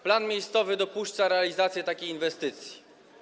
Plan miejscowy dopuszcza realizację takiej inwestycji.